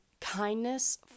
kindness